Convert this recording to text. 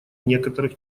некоторых